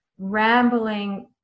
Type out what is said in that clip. rambling